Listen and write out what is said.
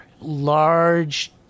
Large